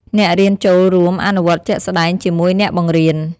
អ្នករៀនចូលរួមអនុវត្តជាក់ស្តែងជាមួយអ្នកបង្រៀន។